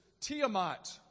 Tiamat